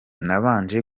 nabanje